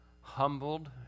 humbled